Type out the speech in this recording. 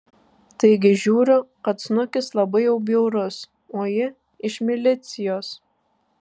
taigi žiūriu kad snukis labai jau bjaurus o ji iš milicijos